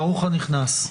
ברוך הנכנס.